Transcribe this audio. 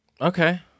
Okay